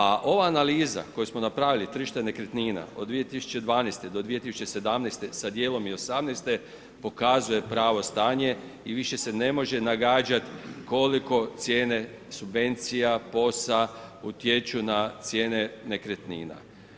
A ova analiza koju smo napravili, tržište nekretnina od 2012.-2017. sa dijelom i 2018. pokazuje pravo stanje i više se ne može nagađati koliko cijene subvencija POS-a utječu na cijene nekretnina.